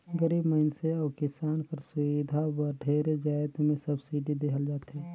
गरीब मइनसे अउ किसान कर सुबिधा बर ढेरे जाएत में सब्सिडी देहल जाथे